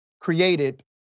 created